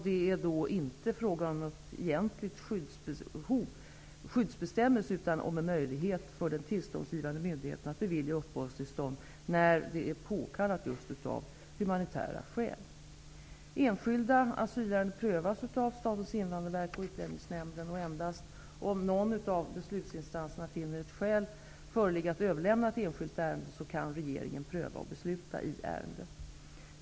Det är då inte fråga om någon egentlig skyddsbestämmelse utan om en möjlighet för den tillståndsgivande myndigheten att bevilja uppehållstillstånd när det är påkallat av just humanitära skäl. Enskilda asylärenden prövas av Statens invandrarverk och Utlänningsnämnden. Endast om någon av beslutsinstanserna finner att skäl föreligger att överlämna ett enskilt ärende kan regeringen pröva och besluta i ärendet.